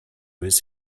his